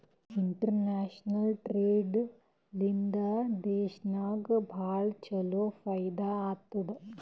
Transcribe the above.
international trade ಲಿಂದಾ ದೇಶನಾಗ್ ಭಾಳ ಛಲೋ ಫೈದಾ ಆತ್ತುದ್